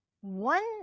One